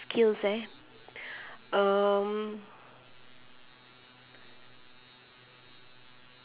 skills eh um